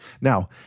Now